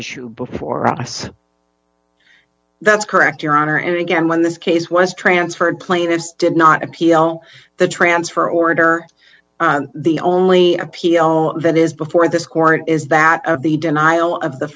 issue before us that's correct your honor and again when this case was transferred plaintiff's did not appeal the transfer order the only appeal that is before this court is that of the denial of the